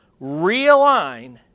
Realign